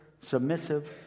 submissive